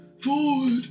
Forward